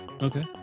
Okay